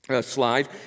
slide